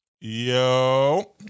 Yo